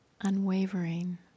unwavering